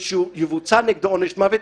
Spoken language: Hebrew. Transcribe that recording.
ומי שיבוצע נגדו עונש מוות,